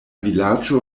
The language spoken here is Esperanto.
vilaĝo